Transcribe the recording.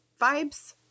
vibes